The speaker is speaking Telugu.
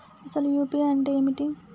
అసలు యూ.పీ.ఐ అంటే ఏమిటి?